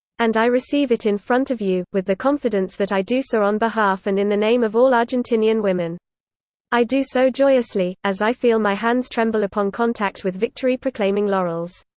and i receive it in front of you, with the confidence that i do so on behalf and in the name of all argentinian women i do so joyously, as i feel my hands tremble upon contact with victory proclaiming laurels.